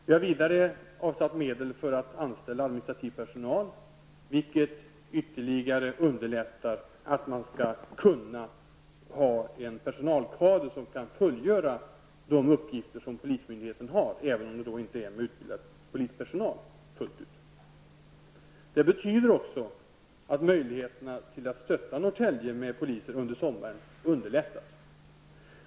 Vi har vidare avsatt medel för att anställa administrativ personal. Det underlättar att man kan få personal som fullgör de uppgifter som polismyndigheten har, även om det inte gäller fullt utbildad polispersonal. Det betyder också att möjligheten att stötta Norrtälje med poliser under sommaren underlättas.